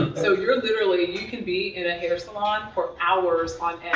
so you're literally. you can be in a hair salon for hours on end.